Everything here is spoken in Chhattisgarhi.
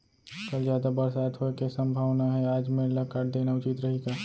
कल जादा बरसात होये के सम्भावना हे, आज मेड़ ल काट देना उचित रही का?